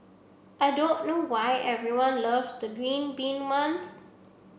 I don't know why everyone loves the green bean month